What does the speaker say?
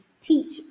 teach